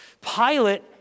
Pilate